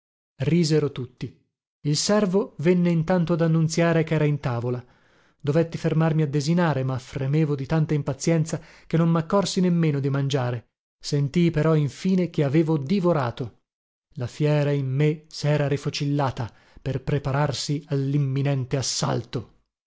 risero tutti il servo venne intanto ad annunziare chera in tavola dovetti fermarmi a desinare ma fremevo di tanta impazienza che non maccorsi nemmeno di mangiare sentii però infine che avevo divorato la fiera in me sera rifocillata per prepararsi allimminente assalto